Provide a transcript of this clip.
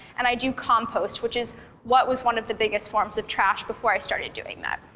and i do compost, which is what was one of the biggest forms of trash before i started doing that.